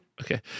Okay